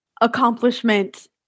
accomplishment